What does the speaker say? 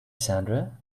sandra